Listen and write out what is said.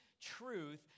truth